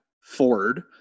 Ford